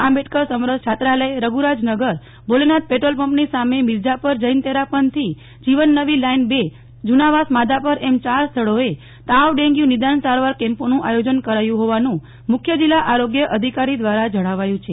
આંબેડકર સમરસ છાત્રાલય રધુરાજ નગર ભોલેનાથ પેટ્રોલ પંપની સામે મિરજાપર જૈન તેરાપંથી જીવન નવી લાઇન ર જુનાવાસ માધાપર એમ ચાર સ્થળોએ તાવ ડેંગ્યુ નિદાન સારવાર કેમ્પોનું આયોજન કરાયું હોવાનું મુખ્ય જિલ્લા આરોગ્ય અધિકારી દ્વારા જણાવાયું છે